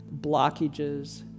blockages